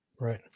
Right